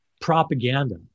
propaganda